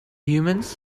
humans